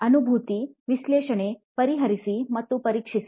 ಅನುಭೂತಿ ವಿಶ್ಲೇಷಣೆ ಪರಿಹರಿಸಿ ಮತ್ತು ಪರೀಕ್ಷಿಸಿ